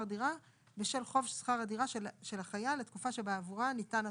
דירה בשל חוב שכר הדירה של החייל לתקופה שבעבורה ניתן התשלום.